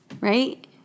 Right